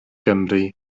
gymru